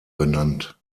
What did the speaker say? benannt